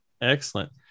Excellent